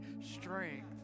strength